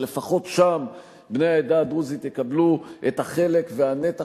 שלפחות שם בני העדה הדרוזית יקבלו את החלק ואת הנתח